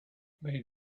made